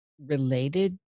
related